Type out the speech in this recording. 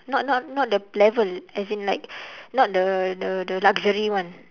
not not not the level as in like not the the the luxury one